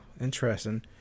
Interesting